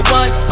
one